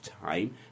time